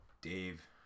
dave